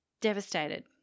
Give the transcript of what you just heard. devastated